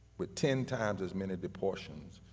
with ten times as many deportations.